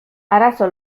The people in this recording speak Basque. arazo